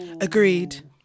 agreed